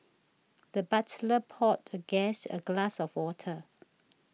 the butler poured the guest a glass of water